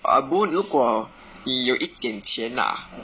ah bo 如果你有一点钱 lah